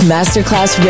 Masterclass